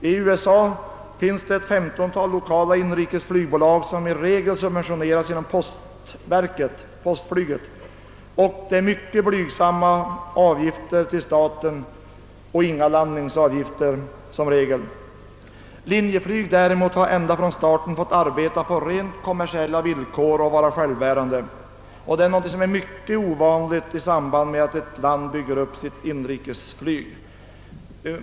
I USA finns det ett femtontal lokala inrikesflygbolag, vilka i regel subventioneras genom postflyget. Det är mycket blygsamma avgifter till staten och som regel inga landningsavgifter. Linjeflyg har däremot ända från starten fått vara självbärande och arbetat på rent kommersiella villkor. Detta är något mycket ovanligt i samband med att ett land bygger upp sitt inrikesflyg.